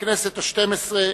הכנסת השתים-עשרה,